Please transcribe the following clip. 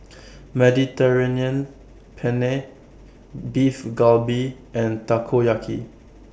Mediterranean Penne Beef Galbi and Takoyaki